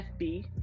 FB